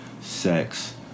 sex